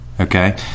Okay